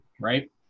right